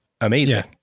amazing